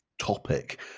topic